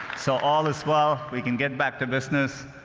so, all is well. we can get back to business.